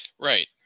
right